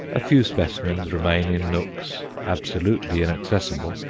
a few specimens remain in nooks absolutely inaccessible,